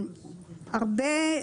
הרבה,